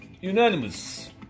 unanimous